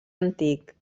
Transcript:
antic